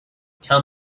tell